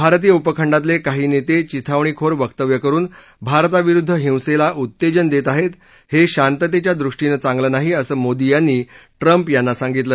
भारतीय उपखंडातले काही नेते विथावणीखोर वक्तव्य करुन भारताविरुद्ध हिसेला उत्तेजन देत आहेत हे शांततेच्या दृष्टीनं चांगलं नाही असं मोदी यांनी ट्रम्प यांना सांगितलं